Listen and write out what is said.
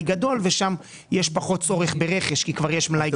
גדול ושם יש פחות צורך ברכש כי כבר יש מלאי גדול.